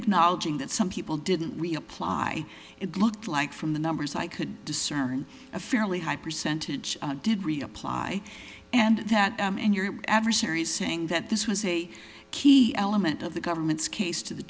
acknowledging that some people didn't we apply it looked like from the numbers i could discern a fairly high percentage did reapply and that in your adversary's saying that this was a key element of the government's case to the